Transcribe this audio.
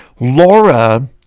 Laura